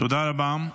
תודה רבה.